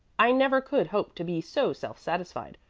i never could hope to be so self-satisfied,